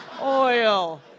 Oil